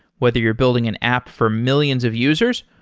whether you're building an app for millions of users,